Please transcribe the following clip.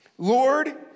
Lord